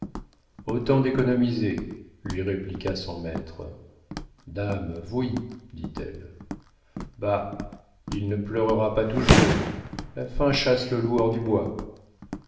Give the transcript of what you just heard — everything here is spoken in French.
autant d'économisé lui répliqua son maître dame voui dit-elle bah il ne pleurera pas toujours la faim chasse le loup hors du bois